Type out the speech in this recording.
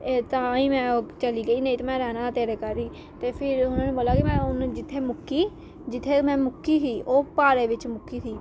एह् तां ही मैं चली ओह् गेई नेईं ते मैं रैह्ना हा तेरे घर ही ते फेर उनें बोलेआ कि मैं हून जित्थें मुक्की जित्थें मैं मुक्की ही ओह् प्हाड़ें बिच्च मुक्की थी